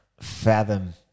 Fathom